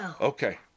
Okay